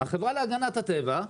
החברה להגנת הטבע,